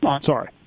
Sorry